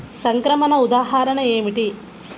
సంక్రమణ ఉదాహరణ ఏమిటి?